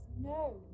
no